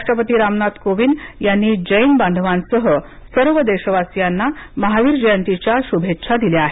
राष्ट्रपती रामनाथ कोविंद यांनी जैन बांधवांसह सर्व देशवासियांना महावीर जयंतीच्या शुभेच्छा दिल्या आहेत